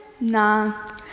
Nah